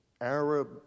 Arab